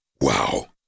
wow